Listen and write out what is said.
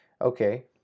Okay